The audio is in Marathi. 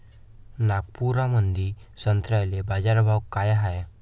नागपुरामंदी संत्र्याले बाजारभाव काय हाय?